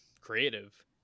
creative